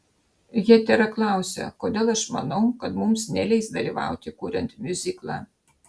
hetera klausia kodėl aš manau kad mums neleis dalyvauti kuriant miuziklą